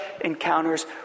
encounters